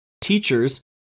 teachers